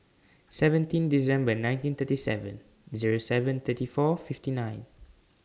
seventeen December nineteen thirty seven Zero seven thirty four fifty nine